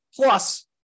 Plus